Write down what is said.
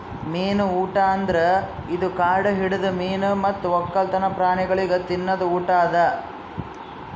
ಮೀನು ಊಟ ಅಂದುರ್ ಇದು ಕಾಡು ಹಿಡಿದ ಮೀನು ಮತ್ತ್ ಒಕ್ಕಲ್ತನ ಪ್ರಾಣಿಗೊಳಿಗ್ ತಿನದ್ ಊಟ ಅದಾ